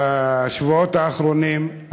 בשבועות האחרונים,